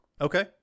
Okay